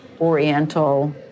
oriental